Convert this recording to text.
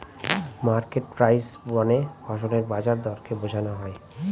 market price মানে ফসলের বাজার দরকে বোঝনো হয়